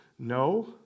No